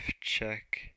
check